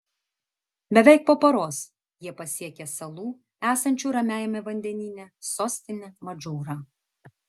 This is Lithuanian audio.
beveik po paros jie pasiekė salų esančių ramiajame vandenyne sostinę madžūrą